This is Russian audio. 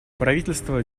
правительство